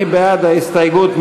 מי בעד ההסתייגות?